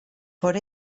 por